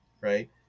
right